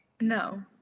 no